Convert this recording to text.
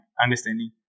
understanding